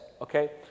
okay